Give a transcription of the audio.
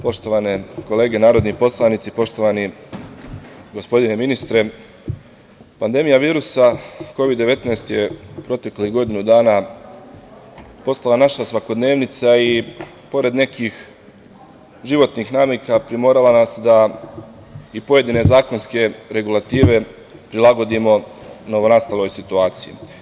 Poštovane kolege narodni poslanici, poštovani gospodine ministre, pandemija virusa Kovid 19 je pre godinu dana postala naša svakodnevnica i pored nekih životnih navika primorala nas da i pojedine zakonske regulative prilagodimo novonastaloj situaciji.